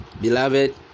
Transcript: beloved